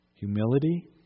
Humility